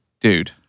Dude